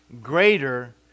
greater